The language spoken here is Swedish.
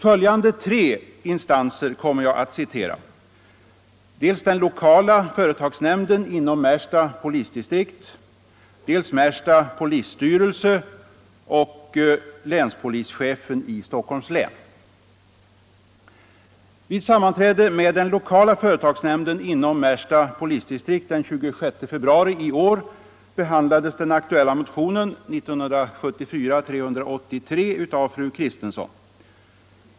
Följande tre instanser kommer jag att citera: Den lokala företagsnämnden inom Märsta polisdistrikt, Märsta polisstyrelse och länspolischefen i Stockholms län. Vid sammanträde med den lokala företagsnämnden inom Märsta polisdistrikt den 26 februari i år behandlades den aktuella motionen, 1974:383, av fru Kristensson.